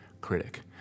critic